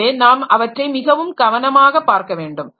எனவே நாம் அவற்றை மிகவும் கவனமாக பார்க்க வேண்டும்